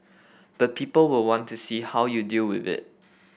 but people will want to see how you deal with it